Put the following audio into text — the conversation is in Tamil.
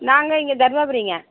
நாங்கள் இங்கே தருமபுரிங்க